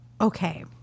Okay